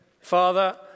Father